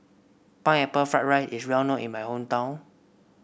Pineapple Fried Rice is well known in my hometown